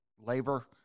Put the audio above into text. labor